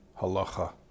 Halacha